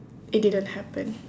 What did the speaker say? it didn't happen